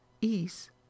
ease